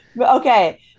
okay